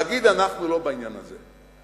להגיד: אנחנו לא בעניין הזה.